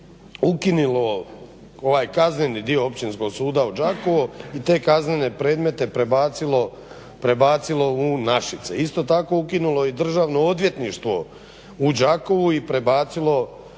ukinulo ovaj kazneni dio Općinskog suda u Đakovu i te kaznene predmete prebacilo u Našice. Isto tako ukinulo je i Državno odvjetništvo u Đakovu i prebacilo